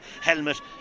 helmet